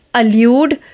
allude